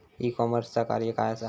E कॉमर्सचा कार्य काय असा?